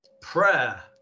Prayer